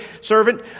servant